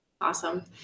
Awesome